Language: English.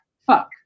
Fuck